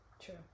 True